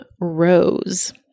Rose